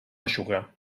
eixuga